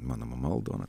mano mama aldona